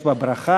יש בה ברכה,